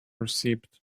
receipt